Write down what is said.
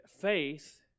faith